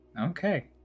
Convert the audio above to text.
Okay